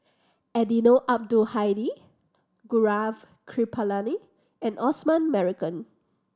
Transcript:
Eddino Abdul Hadi Gaurav Kripalani and Osman Merican